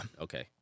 okay